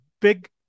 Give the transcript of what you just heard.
big